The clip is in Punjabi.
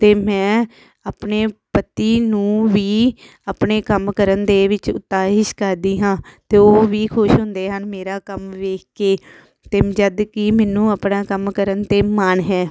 ਅਤੇ ਮੈਂ ਆਪਣੇ ਪਤੀ ਨੂੰ ਵੀ ਆਪਣੇ ਕੰਮ ਕਰਨ ਦੇ ਵਿੱਚ ਉਤਸ਼ਾਹਿਤ ਕਰਦੀ ਹਾਂ ਅਤੇ ਉਹ ਵੀ ਖੁਸ਼ ਹੁੰਦੇ ਹਨ ਮੇਰਾ ਕੰਮ ਵੇਖ ਕੇ ਅਤੇ ਜਦੋਂ ਕਿ ਮੈਨੂੰ ਆਪਣਾ ਕੰਮ ਕਰਨ 'ਤੇ ਮਾਣ ਹੈ